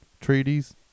treaties